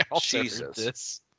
Jesus